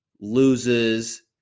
loses